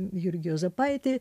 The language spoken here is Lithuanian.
jurgį juozapaitį